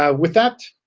ah with that,